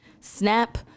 SNAP